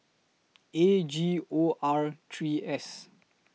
A G O R three S